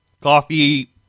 Coffee